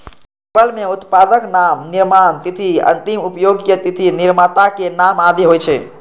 label मे उत्पादक नाम, निर्माण तिथि, अंतिम उपयोगक तिथि, निर्माताक नाम आदि होइ छै